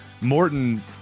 Morton –